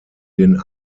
den